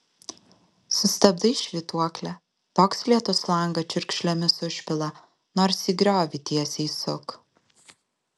sustabdai švytuoklę toks lietus langą čiurkšlėmis užpila nors į griovį tiesiai suk